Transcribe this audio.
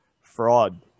fraud